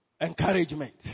encouragement